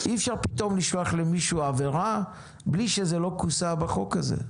אי אפשר פתאום לשלוח למישהו עבירה בלי שזה לא כוסה בחוק הזה.